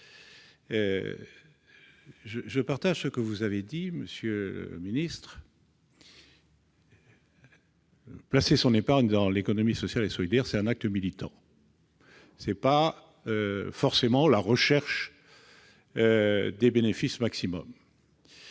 Je partage ce que vous avez dit, monsieur le ministre : placer son épargne dans l'économie sociale et solidaire est un acte militant, qui ne relève pas de la simple recherche du bénéfice maximum.